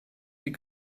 die